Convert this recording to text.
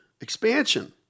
Expansion